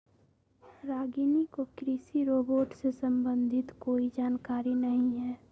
रागिनी को कृषि रोबोट से संबंधित कोई जानकारी नहीं है